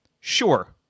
Sure